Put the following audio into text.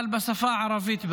אבל ברשותכם, בשפה הערבית.